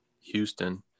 Houston